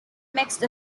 mixed